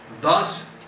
Thus